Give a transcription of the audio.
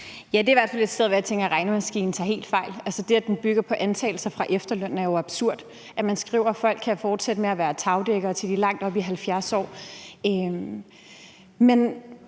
Ja, det i hvert fald et sted, hvor jeg tænker at regnemaskinen tager helt fejl. Altså, det, at den bygger på antagelser fra efterlønnen, og at man skriver, at folk kan fortsætte med at være tagdækkere, til de langt op i 70'erne,